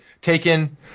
taken